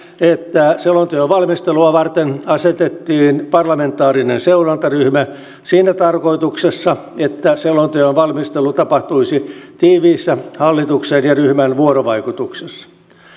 että selonteon valmistelua varten asetettiin parlamentaarinen seurantaryhmä siinä tarkoituksessa että selonteon valmistelu tapahtuisi tiiviissä hallituksen ja ryhmän vuorovaikutuksessa